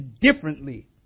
differently